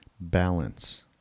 balance